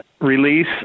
release